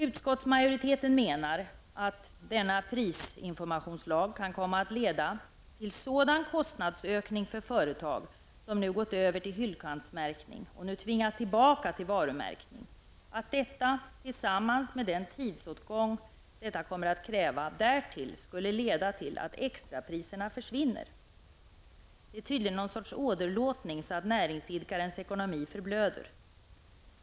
Utskottsmajoriteten menar att denna prisinformationslag kan komma att leda till en sådan kostnadsökning för företag som nu gått över till hyllkantsmärkning och tvingas tillbaka till varumärkning, att detta tillsammans med den tidsåtgång det kommer att kräva, därutöver skulle leda till att extrapriserna försvinner. Det är tydligen någon sorts åderlåtning så att näringsidkarens ekonomi förblöder.